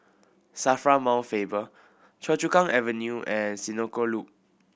SAFRA Mount Faber Choa Chu Kang Avenue and Senoko Loop